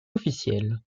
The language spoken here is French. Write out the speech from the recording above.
officiel